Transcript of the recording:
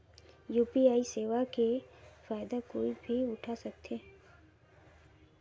UPI सेवा कर फायदा कोई भी उठा सकथे?